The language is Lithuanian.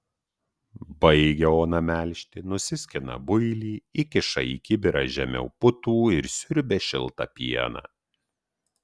baigia ona melžti nusiskina builį įkiša į kibirą žemiau putų ir siurbia šiltą pieną